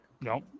no